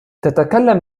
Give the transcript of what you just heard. تتكلم